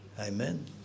Amen